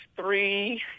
three